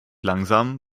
langsam